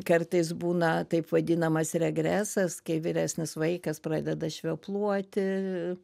kartais būna taip vadinamas regresas kai vyresnis vaikas pradeda švepluoti